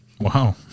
Wow